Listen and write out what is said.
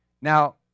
Now